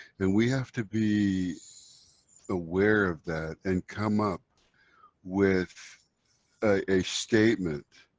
and we have to be aware of that and come up with a statement.